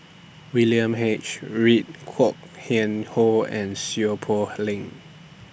William H Read Kwok Kian Chow and Seow Poh Leng